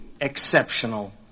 exceptional